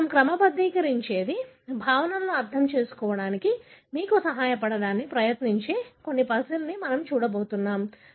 ఇది మనము క్రమబద్ధీకరించేది భావనలను అర్థం చేసుకోవడానికి మీకు సహాయపడటానికి ప్రయత్నించే కొన్ని పజిల్లను మనము చూడబోతున్నాము